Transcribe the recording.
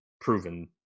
proven